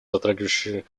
затрагивающие